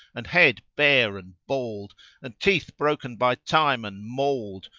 and head bare and bald and teeth broken by time and mauled,